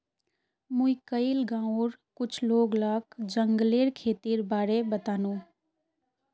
मुई कइल गांउर कुछ लोग लाक जंगलेर खेतीर बारे बतानु